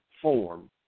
form